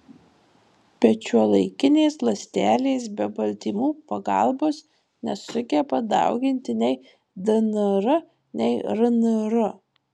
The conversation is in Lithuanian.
bet šiuolaikinės ląstelės be baltymų pagalbos nesugeba dauginti nei dnr nei rnr